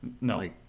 No